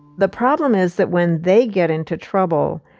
the problem is that when they get into trouble,